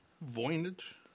Voynich